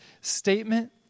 statement